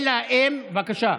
בבקשה.